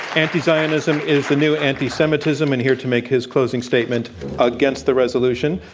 anti-zionism is the new anti-semitism. and here to make his closing statement against the resolution,